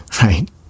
Right